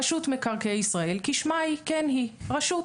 רשות מקרקעי ישראל, כשמה כן היא רשות.